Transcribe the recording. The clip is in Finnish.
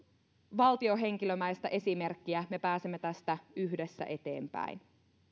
valtiohenkilömäistä esimerkkiä me pääsemme tästä yhdessä eteenpäin